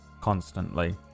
constantly